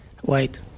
White